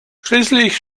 schließlich